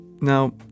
Now